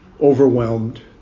overwhelmed